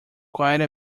quite